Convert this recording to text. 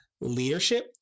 leadership